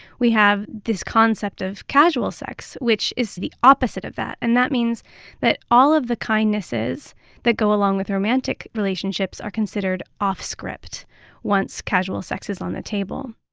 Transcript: we have this concept of casual sex, sex, which is the opposite of that. and that means that all of the kindnesses that go along with romantic relationships are considered off script once casual sex is on the table.